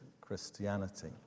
Christianity